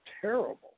terrible